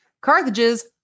Carthage's